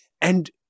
And-